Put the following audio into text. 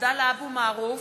עבדאללה אבו מערוף,